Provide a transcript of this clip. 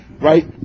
right